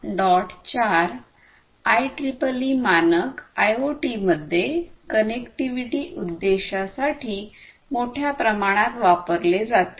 4 I triple E मानक IoT मध्ये connectivity उद्देशासाठी मोठ्या प्रमाणात वापरले जाते